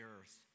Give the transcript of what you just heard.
earth